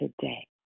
today